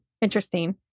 interesting